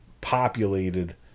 populated